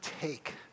take